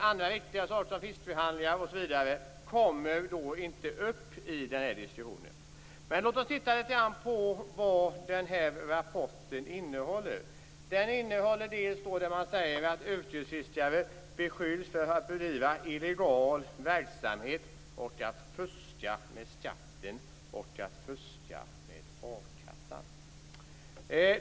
Andra viktiga saker, som fiskeförhandlingar och sådant, kommer inte upp till diskussion. Men låt oss titta litet grand på vad den här rapporten innehåller. Yrkesfiskare beskylls för att bedriva illegal verksamhet, att fuska med skatten och att fuska med a-kassan.